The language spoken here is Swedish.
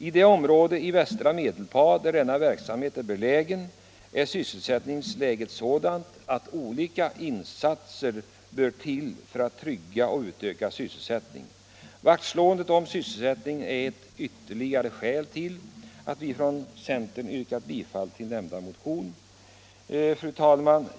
I det område i västra Medelpad där kiselutvinningen sker är sysselsättningsläget sådant att insatser måste göras för att trygga och öka sysselsättningen. Denna vaktslagning omkring sysselsättningen är ett skäl för att vi från centern har yrkat bifall till nämnda motion. Fru talman!